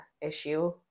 issue